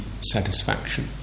satisfaction